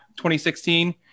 2016